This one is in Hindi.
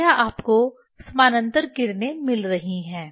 तब यह आपको समानांतर किरणें मिल रही हैं